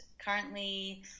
currently